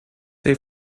they